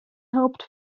helped